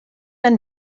ein